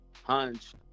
hunch